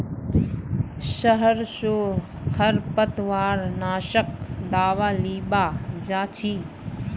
शहर स खरपतवार नाशक दावा लीबा जा छि